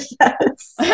yes